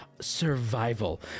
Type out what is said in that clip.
Survival